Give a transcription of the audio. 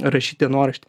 rašyt dienoraštį